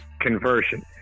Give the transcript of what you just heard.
Conversion